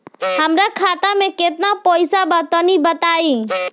हमरा खाता मे केतना पईसा बा तनि बताईं?